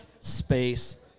space